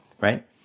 right